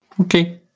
Okay